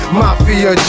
mafia